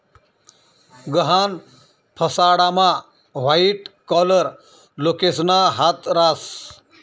गहाण फसाडामा white collar लोकेसना हात रास